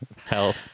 health